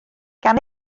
gan